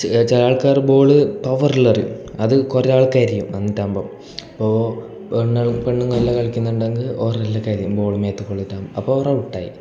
ചെ ചില ആൾക്കാർ ബോൾ പവർ ലെറിയും അതു കുറേ ആൾക്കാർക്കും വന്നിട്ടാകുമ്പോൾ ഇപ്പോൾ പെണ്ണ് പെണ്ണുങ്ങളെല്ലാം കളിക്കുന്നുണ്ടെങ്കിൽ ഓരെല്ലാം കരയും ബോൾ മേത്ത് കൊള്ളിട്ടകാം അപ്പോൾ ഓറ് ഔട്ടായി